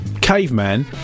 caveman